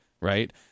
right